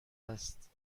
است